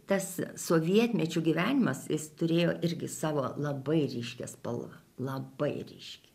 tas sovietmečiu gyvenimas jis turėjo irgi savo labai ryškią spalvą labai ryški